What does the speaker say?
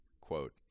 quote